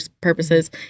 purposes